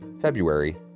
February